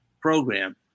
program